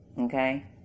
Okay